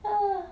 !huh!